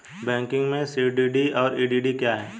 Banking में CDD और EDD क्या हैं?